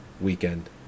weekend